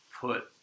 put